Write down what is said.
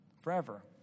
forever